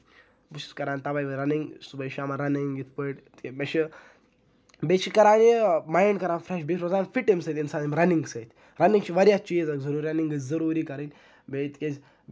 بہٕ چھُس کران توے رَنِگ صبُحٲے شامَن رَنِگ یِتھ پٲٹھۍ تِکیازِ مےٚ چھُ بیٚیہِ چھُ کران یہِ مَینڈ کران فریش بیٚیہِ چھُ روزان فِٹ اَمہِ سۭتۍ اِنسان اَمہِ رَنِگ سۭتۍ رَنِگ چھِ واریاہ چیز اکھ ضروٗری رَنِگ گٔژھۍ ضروٗری کَرٕنۍ بیٚیہِ تِکیازِ